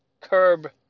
curb